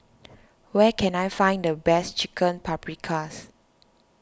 where can I find the best Chicken Paprikas